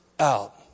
out